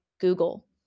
Google